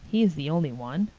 he is the only one.